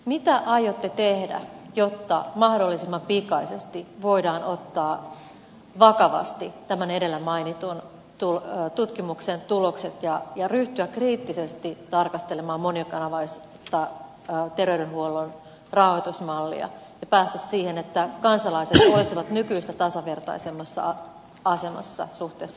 mitä aiotte tehdä jotta mahdollisimman pikaisesti voidaan ottaa vakavasti tämän edellä mainitun tutkimuksen tulokset ja ryhtyä kriittisesti tarkastelemaan monikanavaista ter veydenhuollon rahoitusmallia ja päästä siihen että kansalaiset olisivat nykyistä tasavertaisemmassa asemassa suhteessa terveyspalveluihin